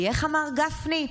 כי איך אמר גפני?